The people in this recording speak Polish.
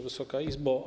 Wysoka Izbo!